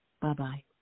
Bye-bye